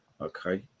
Okay